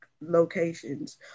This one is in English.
locations